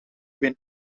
been